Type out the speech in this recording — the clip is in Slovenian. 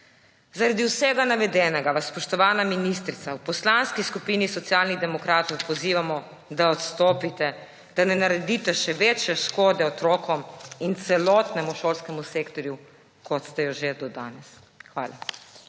Zaradi vsega navedenega vas, spoštovana ministrica, v Poslanski skupini Socialnih demokratov pozivamo, da odstopite, da ne naredite še večje škode otrokom in celotnemu šolskemu sektorju, kot ste jo že do danes. Hvala.